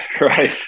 right